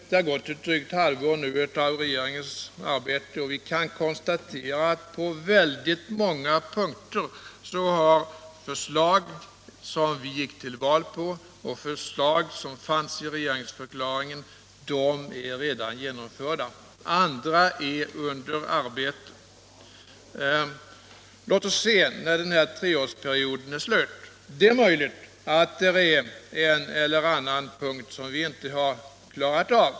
Det har nu gått ett drygt halvår av regeringens arbete och vi kan konstatera att på väldigt många punkter har förslag som vi gick till val på och förslag som fanns i regeringsförklaringen redan genomförts. Andra är under arbete. Låt oss se när den här treårsperioden är slut. Det är möjligt att det då finns en eller annan punkt som vi inte har klarat av.